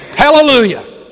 Hallelujah